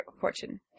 fortune